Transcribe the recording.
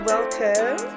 Welcome